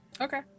Okay